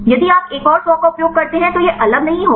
यदि आप एक और 100 का उपयोग करते हैं तो यह अलग नहीं होगा